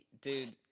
Dude